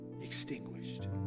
extinguished